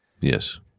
Yes